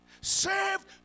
saved